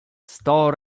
sto